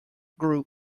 group